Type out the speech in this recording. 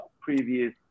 previous